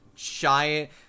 giant